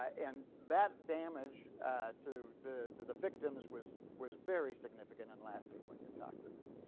and that damage to the to the victims was was very significant and lasting when you're talking to them.